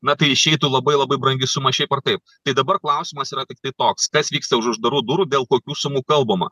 na tai išeitų labai labai brangi suma šiaip ar taip tai dabar klausimas yra tiktai toks kas vyksta už uždarų durų dėl kokių sumų kalbama